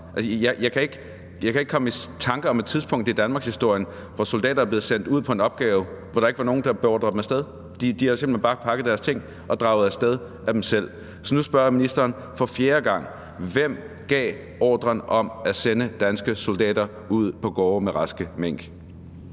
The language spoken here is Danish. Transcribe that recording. Jeg kan ikke komme i tanke om et tidspunkt i danmarkshistorien, hvor soldater er blevet sendt ud på en opgave, hvor der ikke var nogen, der beordrede dem af sted. De har simpelt hen bare pakket deres ting og draget af sted af sig selv. Så nu spørger jeg ministeren for fjerde gang: Hvem gav ordren om at sende danske soldater ud på gårde med raske mink?